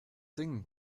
singen